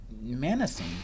menacing